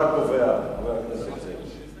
אתה קובע, חבר הכנסת זאב.